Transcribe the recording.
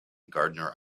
gardener